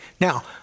Now